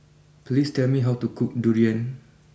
please tell me how to cook Durian